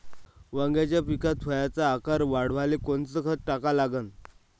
वांग्याच्या पिकात फळाचा आकार वाढवाले कोनचं खत टाका लागन?